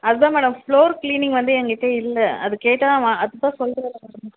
அது தான் madam floor cleaning வந்து என் கிட்ட இல்லை அது கேட்டால் வா அது தான் சொல்றேன்லை மேடம்